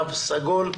תו סגול.